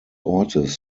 ortes